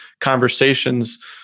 conversations